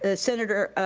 ah senator,